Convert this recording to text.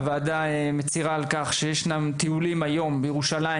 הוועדה מצירה על כך שיש כיום אתרים ומסלולים בירושלים